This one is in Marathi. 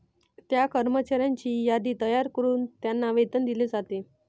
त्या कर्मचाऱ्यांची यादी तयार करून त्यांना वेतन दिले जाते